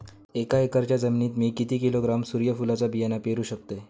एक एकरच्या जमिनीत मी किती किलोग्रॅम सूर्यफुलचा बियाणा पेरु शकतय?